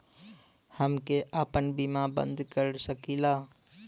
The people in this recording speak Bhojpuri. हमके आपन बीमा बन्द कर सकीला?